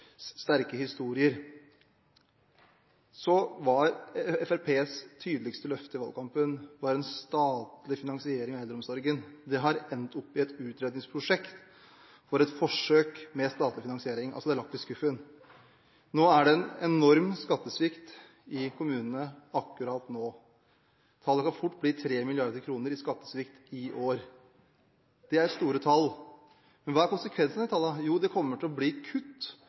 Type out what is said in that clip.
sterke reportasjer på NRK om svikt i eldreomsorgen med helt konkrete historier om enkeltpersoner. Fremskrittspartiets tydeligste løfte i valgkampen var en statlig finansiering av eldreomsorgen. Det har endt opp i et utredningsprosjekt om et forsøk med statlig finansiering. Det er altså lagt i skuffen. Det er en enorm skattesvikt i kommunene akkurat nå. Fallet kan fort bli 3 mrd. kr i skattesvikt i år. Det er store tall. Hva er konsekvensen av de tallene? Jo, det kommer til å bli kutt